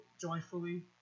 joyfully